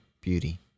beauty